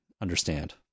understand